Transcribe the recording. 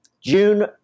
June